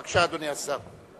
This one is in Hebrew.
בבקשה, אדוני השר.